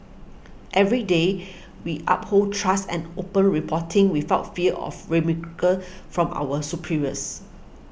every day we uphold trust and open reporting without fear of from our superiors